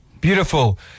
beautiful